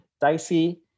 dicey